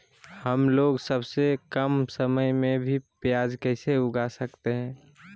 हमलोग सबसे कम समय में भी प्याज कैसे उगा सकते हैं?